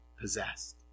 possessed